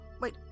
wait